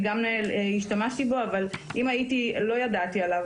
אני גם השתמשתי בו, לא ידעתי עליו